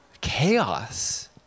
chaos